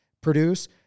produce